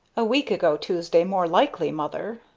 a week ago tuesday, more likely, mother,